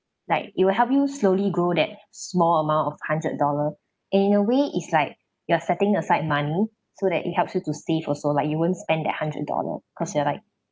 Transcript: like it will help you slowly grow that small amount of hundred dollar in a way it's like you are setting aside money so that it helps you to save also like you won't spend that hundred dollar cause you're like